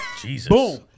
Jesus